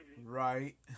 Right